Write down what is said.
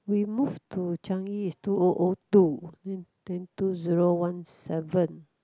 we move to Changi is two oh oh two then two zero one seven